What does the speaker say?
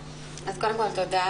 קודם כל, תודה.